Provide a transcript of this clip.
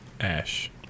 Ash